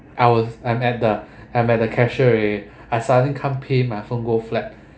I was I'm at the I'm at the cashier already I suddenly can't pay my phone go flat